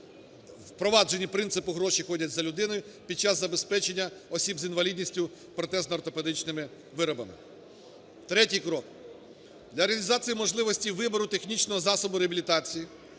впровадженні "принципу ходять за людиною" під час забезпечення осіб з інвалідністю протезно-ортопедичними виробами. Третій крок. Для реалізації можливості вибору технічного засобу реабілітації,